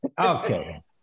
okay